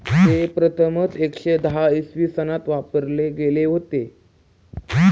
ते प्रथमच एकशे दहा इसवी सनात वापरले गेले होते